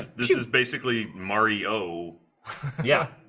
this is basically mario yeah,